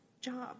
job